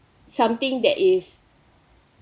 something that is